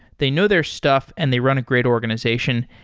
they know their stuff and they run a great organization.